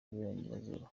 y’iburengerazuba